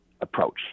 approach